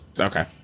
okay